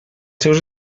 seus